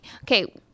okay